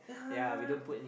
yeah right